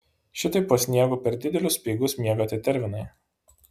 šitaip po sniegu per didelius speigus miega tetervinai